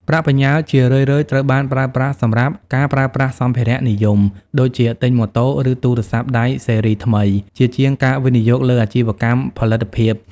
ប្រាក់បញ្ញើជារឿយៗត្រូវបានប្រើប្រាស់សម្រាប់ "ការប្រើប្រាស់សម្ភារៈនិយម" ដូចជាទិញម៉ូតូ ឬ ទូរស័ព្ទដៃស៊េរីថ្មី ជាជាងការវិនិយោគលើអាជីវកម្មផលិតភាព។